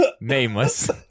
nameless